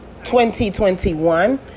2021